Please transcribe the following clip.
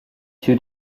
two